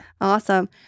Awesome